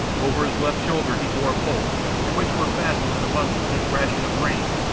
over his left shoulder he bore a pole, to which were fastened in a bundle his ration of grain,